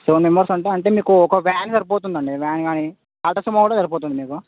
seven members అంటే అంటే మీకు ఒక వ్యాన్ సరిపోతుంది అండి వ్యాన్ కానీ టాటా సుమో కూడా సరిపోతుంది మీకు